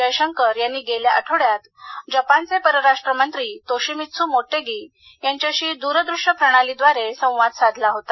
जयशंकर यांनी गेल्या आठवड्यात जपानचे परराष्ट्र मंत्री तोशिमित्सू मोटेगी दूरदृश्य प्रणालीद्वारे यांच्याशी संवाद साधला होता